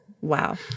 wow